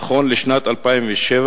נכון לשנת 2007,